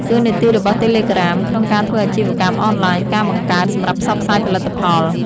តួនាទីរបស់តេឡេក្រាមក្នុងការធ្វើអាជីវកម្មអនឡាញ ការបង្កើត សម្រាប់ផ្សព្វផ្សាយផលិតផល